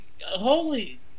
holy